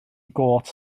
gôt